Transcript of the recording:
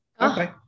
Okay